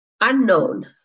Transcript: Unknown